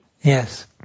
Yes